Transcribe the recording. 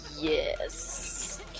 Yes